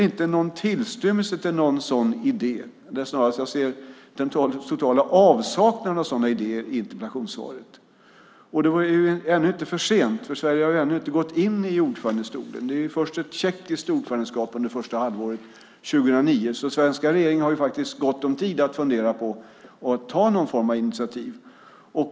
I interpellationssvaret är det en total avsaknad av sådana idéer. Det är ännu inte för sent, för Sverige har ännu inte satt sig på ordförandestolen. Det är först ett tjeckiskt ordförandeskap under första halvåret 2009. Den svenska regeringen har faktiskt gott om tid att fundera på och ta någon form av initiativ.